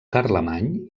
carlemany